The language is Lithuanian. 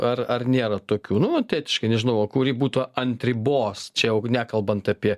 ar ar nėra tokių nu vat etiškai nežinau va kuri būtų ant ribos čia jau nekalbant apie